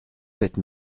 cette